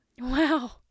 Wow